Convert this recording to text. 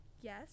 Yes